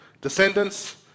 descendants